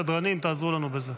סדרנים, תעזרו לנו בזה.